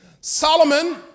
Solomon